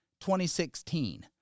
2016